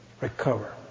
recover